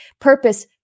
purpose